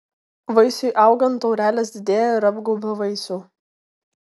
vaisiui augant taurelės didėja ir apgaubia vaisių